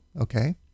okay